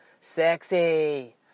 sexy